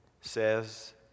says